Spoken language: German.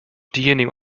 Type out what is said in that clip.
diejenigen